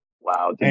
Wow